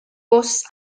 bws